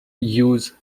use